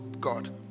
God